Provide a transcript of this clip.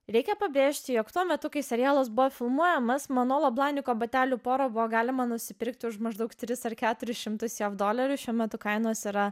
reikia pabrėžti jog tuo metu kai serialas buvo filmuojamas batelių porą buvo galima nusipirkti už maždaug tris ar keturis šimtus jav dolerių šiuo metu kainos yra